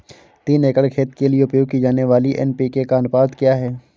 तीन एकड़ खेत के लिए उपयोग की जाने वाली एन.पी.के का अनुपात क्या है?